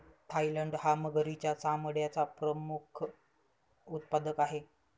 Thailand हा मगरीच्या चामड्याचा प्रमुख उत्पादक आहे